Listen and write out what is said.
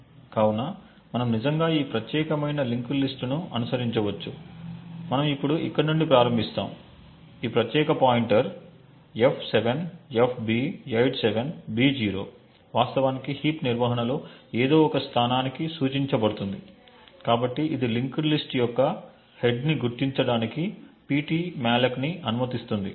కాబట్టి మనం నిజంగా ఈ ప్రత్యేకమైన లింక్డ్ లిస్ట్ ను అనుసరించవచ్చు మనం ఇప్పుడు ఇక్కడ నుండి ప్రారంభిస్తాము ఈ ప్రత్యేక పాయింటర్ f7fb87b0 వాస్తవానికి హీప్ నిర్వహణలో ఎదో ఒక స్థానానికి సూచించబడుతుంది కాబట్టి ఇది లింక్ లిస్ట్ యొక్క హెడ్ ని గుర్తించడానికి ptmalloc ని అనుమతిస్తుంది